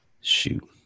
shoot